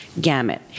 gamut